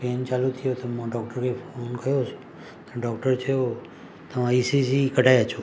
pen चालू थी वियो त मां डॉक्टर खे फ़ोन कयो त डॉक्टर चयो तव्हां ई सी जी कढाए अचो